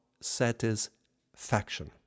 satisfaction